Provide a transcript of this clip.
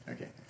Okay